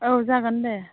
औ जागोन दे